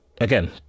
again